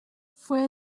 fue